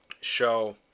show